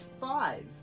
five